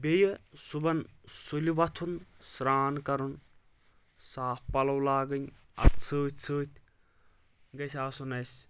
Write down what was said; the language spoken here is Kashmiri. بیٚیہِ صُبحن سُلہِ وۄتُھن سرٛان کرُن صاف پلو لاگٕنۍ اتھ سۭتۍ سۭتۍ گژھِ آسُن اسہِ